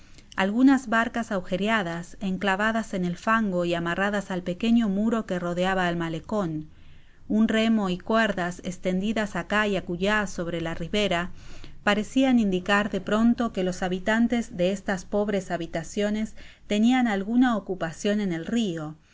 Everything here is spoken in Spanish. algunas barcas agujereadas enclavadas en el fango y amarradas al pequeño muro que rodeaba el malecon un remo y cuerdas estendida acá y acu uá sobre la ribera parecian indicar de pronlo que los habitantes de estas pobres habitaciones tenian alguna ocupacion en el rio